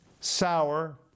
sour